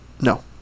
No